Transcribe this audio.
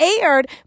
aired